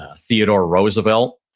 ah theodore roosevelt,